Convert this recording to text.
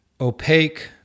opaque